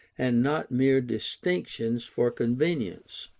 and not mere distinctions for convenience